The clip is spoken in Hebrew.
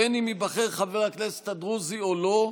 בין אם ייבחר חבר הכנסת הדרוזי או לא,